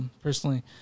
Personally